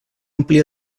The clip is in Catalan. amplia